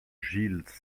gilles